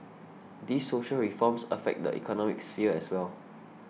these social reforms affect the economic sphere as well